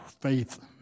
faith